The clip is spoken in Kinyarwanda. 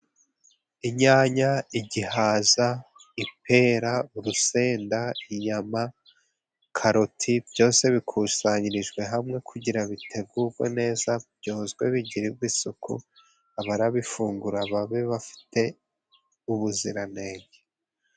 Inyanya, igihaza, ipera, urusenda, inyama, karoti, byose bikusanyirijwe hamwe kugira ngo bitegurwe neza byozwe bigirirwe isuku, ababifungura babe bafite ubuziranenge.